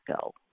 go